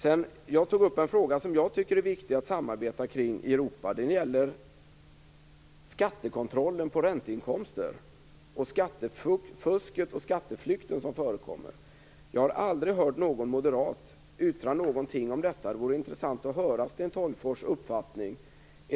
Jag tog också upp en fråga som jag tycker är viktig att samarbeta kring i Europa, nämligen skattekontrollen på ränteinkomster samt det skattefusk och den skatteflykt som förekommer. Jag har aldrig hört någon moderat yttra någonting om detta. Det vore intressant att höra Sten Tolgfors uppfattning.